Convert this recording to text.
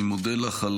אני מודה לך על